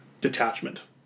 detachment